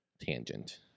tangent